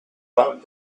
vingt